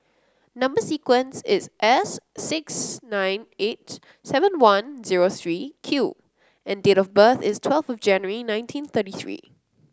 number sequence is S six nine eight seven one zero three Q and date of birth is twelfth January nineteen thirty three